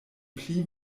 pli